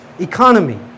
economy